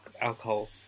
alcohol